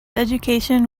education